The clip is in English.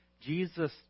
Jesus